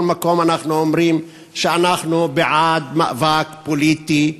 מקום אומרים שאנחנו בעד מאבק פוליטי לגיטימי,